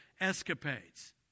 escapades